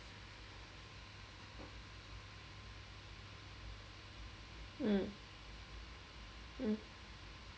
mm mm